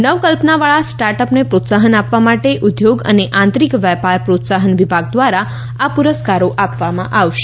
નવકલ્પનાવાળા સ્ટાર્ટઅપને પ્રોત્સાહન આપવા માટે ઉદ્યોગ અને આંતરિક વેપાર પ્રોત્સાહન વિભાગ દ્વારા આ પુરસ્કારો આપવામાં આવશે